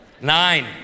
Nine